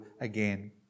again